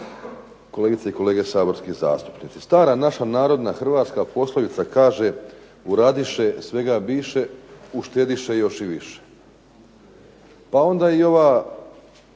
kolegice i kolege saborski zastupnici. Stara naša narodna hrvatska poslovica kaže: "u radiše svega biše, u štediše još i više" pa onda i ovaj